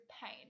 pain